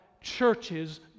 churches